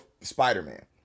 Spider-Man